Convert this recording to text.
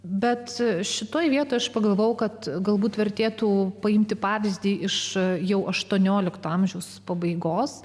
bet šitoje vietoj aš pagalvojau kad galbūt vertėtų paimti pavyzdį iš jau aštuoniolikto amžiaus pabaigos